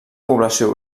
població